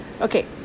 Okay